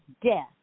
death